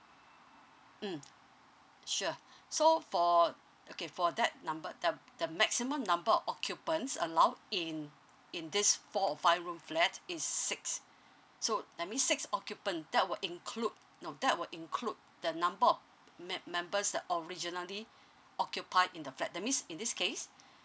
mm sure so for okay for that number the the maximum number of occupants allowed in in this four or five room flat is six so that means six occupant that will include no that will include the number of mem~ members the originally occupied in the flat that means in this case